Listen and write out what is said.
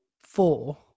four